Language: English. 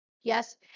Yes